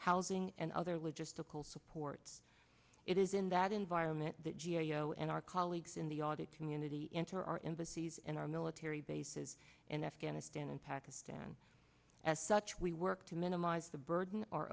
housing and other logistical support it is in that environment that geo and our colleagues in the audit community enter our embassies and our military bases in afghanistan and pakistan as such we work to minimize the burden o